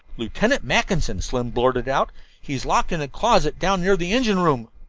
lieutenant mackinson, slim blurted out he's locked in a closet down near the engine room.